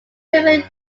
several